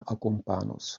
akompanos